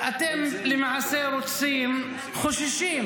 אתם למעשה חוששים,